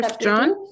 John